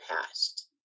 past